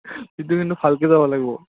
সেইটো কিন্তু ভালকৈ যাব লাগিব